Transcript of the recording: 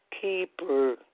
keeper